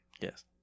Yes